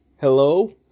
hello